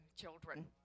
children